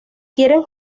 quieren